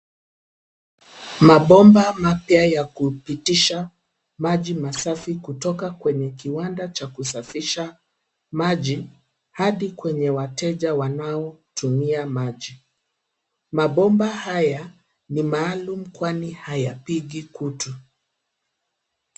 Mabomba mapya ya kupitisha maji masafi kutoka kwenye kiwanda cha kusafisha maji, hadi kwenye wateja wanaotumia maji. Mabomba haya ni maalumu kwani hayapigi kutu.